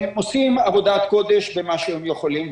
הם עושים עבודת קודש במה שהם יכולים.